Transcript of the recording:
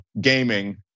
gaming